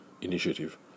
initiative